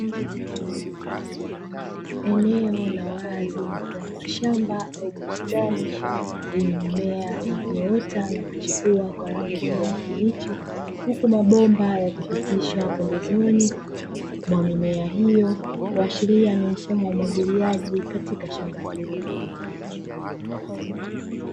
Eneo la wazi mfano wa shamba au bustani lenye mimea iliyoota na kuchipua kwa rangi ya kijani kibichi, huku mabomba yakipitishwa pembezoni mwa mimea hiyo kuashiria ni mfumo wa umwagiliaji katika shamba hilo.